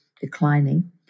declining